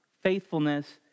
faithfulness